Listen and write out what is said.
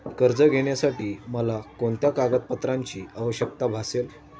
कर्ज घेण्यासाठी मला कोणत्या कागदपत्रांची आवश्यकता भासेल?